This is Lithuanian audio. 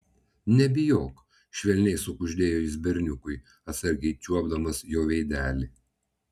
nebijok švelniai sukuždėjo jis berniukui atsargiai čiuopdamas jo veidelį